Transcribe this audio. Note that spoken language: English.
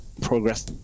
progress